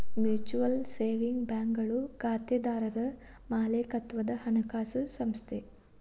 mutual savings ಬ್ಯಾಂಕ್ಗಳು ಖಾತೆದಾರರ್ ಮಾಲೇಕತ್ವದ ಹಣಕಾಸು ಸಂಸ್ಥೆ